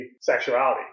sexuality